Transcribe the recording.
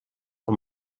von